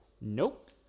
Nope